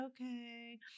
okay